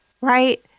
Right